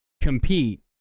compete